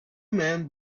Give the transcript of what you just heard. men